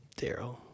Daryl